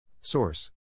Source